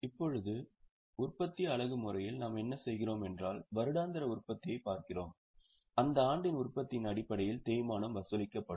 இப்போது உற்பத்தி அலகு முறையில் நாம் என்ன செய்கிறோம் என்றால் வருடாந்திர உற்பத்தியைப் பார்க்கிறோம் அந்த ஆண்டின் உற்பத்தியின் அடிப்படையில் தேய்மானம் வசூலிக்கப்படும்